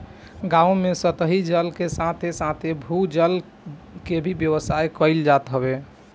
गांव में सतही जल के साथे साथे भू जल के भी व्यवस्था कईल जात हवे